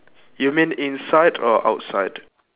you mean inside or outside